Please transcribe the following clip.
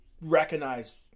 recognize